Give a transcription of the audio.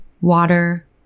water